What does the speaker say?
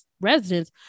residents